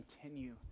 continue